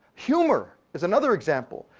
humor is another example.